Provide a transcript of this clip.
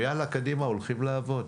ויאללה, קדימה, הולכים לעבוד.